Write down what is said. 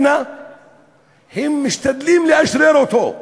הם משתדלים לאשרר אותו,